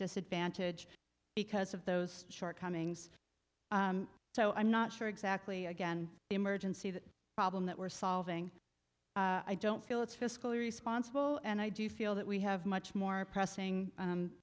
disadvantage because of those shortcomings so i'm not sure exactly again emergency the problem that we're solving i don't feel it's fiscally responsible and i do feel that we have much more pressing